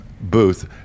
booth